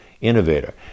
innovator